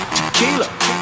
Tequila